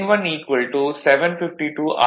ஆக n1 752 R